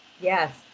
Yes